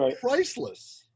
priceless